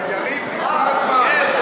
יריב, נגמר הזמן.